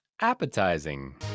appetizing